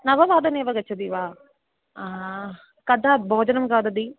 नववादने एव गच्छति वा कदा भोजनं खादति